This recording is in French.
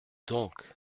donc